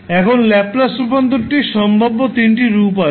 এখন ল্যাপ্লাস রূপান্তরটির সম্ভাব্য তিনটি রূপ রয়েছে